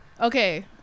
okay